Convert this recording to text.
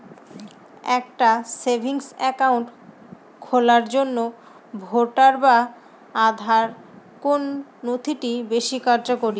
একটা savings account খোলার জন্য ভোটার বা আধার কোন নথিটি বেশী কার্যকরী?